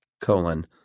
colon